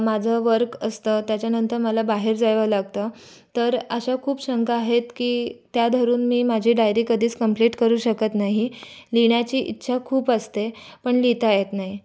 माझं वर्क असतं त्याच्यानंतर मला बाहेर जावं लागतं तर अशा खूप शंका आहेत की त्या धरून मी माझी डायरी कधीच कंप्लीट करू शकत नाही लिहिण्याची इच्छा खूप असते पण लिहिता येत नाही